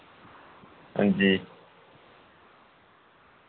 हांजी